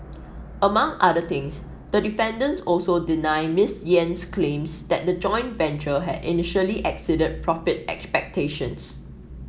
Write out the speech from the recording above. among other things the defendants also deny Ms Yen's claims that the joint venture had initially exceeded profit expectations